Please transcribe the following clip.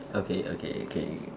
okay okay okay